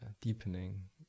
deepening